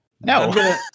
No